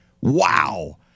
wow